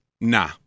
nah